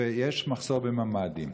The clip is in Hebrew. ושיש מחסור בממ"דים.